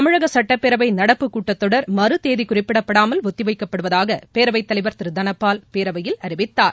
தமிழக சட்டப்பேரவை நடப்புக்கூட்டத்தொடர் மறுதேதி குறிப்பிடப்படாமல் ஒத்திவைக்கப்படுவதாக பேரவைத்தலைவர் திரு தனபால் பேரவையில் அறிவித்தார்